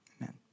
amen